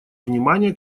внимание